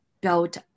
built